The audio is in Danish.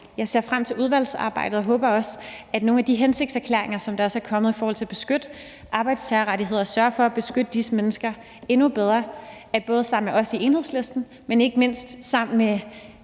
Jeg ser frem til udvalgsarbejdet, og i forhold til nogle af de hensigtserklæringer, der også er kommet om at beskytte arbejdstagerrettigheder og sørge for at beskytte disse mennesker endnu bedre, håber jeg og Enhedslisten, at vi sammen ikke mindst møder de